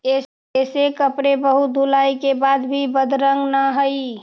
ऐसे कपड़े बहुत धुलाई के बाद भी बदरंग न हई